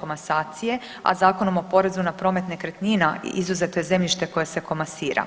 komasacije, a Zakonom o porezu na promet nekretnina izuzeto je zemljište koje se komasira.